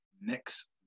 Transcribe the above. next